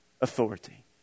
Authority